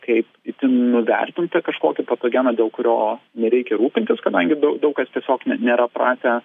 kaip itin nuvertintą kažkokį patogeną dėl kurio nereikia rūpintis kadangi daug kas tiesiog nėra pratę